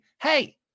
Hey